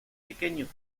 pequeños